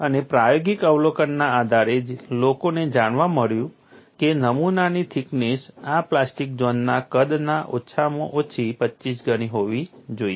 અને પ્રાયોગિક અવલોકનના આધારે લોકોને જાણવા મળ્યું કે નમૂનાની થિકનેસ આ પ્લાસ્ટિક ઝોનના કદના ઓછામાં ઓછી 25 ગણી હોવી જોઈએ